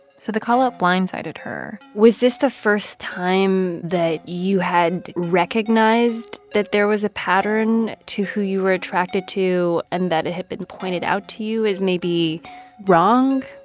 so the call-out blindsided her was this the first time that you had recognized that there was a pattern to who you were attracted to and that it had been pointed out to you as maybe wrong?